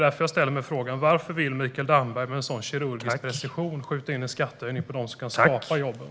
Därför ställer jag frågan: Varför vill Mikael Damberg med kirurgisk precision skjuta in en skattehöjning på dem som kan skapa jobben?